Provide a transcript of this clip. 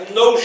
no